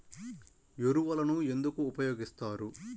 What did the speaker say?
ఎరువులను ఎందుకు ఉపయోగిస్తారు?